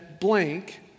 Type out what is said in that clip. blank